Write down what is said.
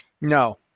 No